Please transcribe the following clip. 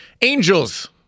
Angels